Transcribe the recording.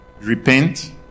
repent